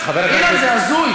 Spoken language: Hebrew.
אילן, זה הזוי.